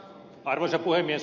arvoisa puhemies